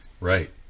Right